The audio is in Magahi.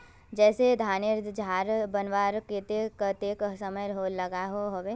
जैसे धानेर झार बनवार केते कतेक समय लागोहो होबे?